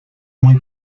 muy